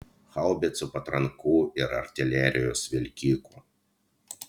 haubicų patrankų ir artilerijos vilkikų